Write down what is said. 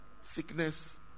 sickness